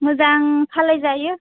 मोजां सालाइजायो